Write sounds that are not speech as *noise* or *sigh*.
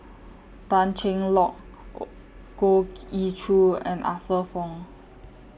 Tan Cheng Lock *hesitation* Goh Ee Choo and Arthur Fong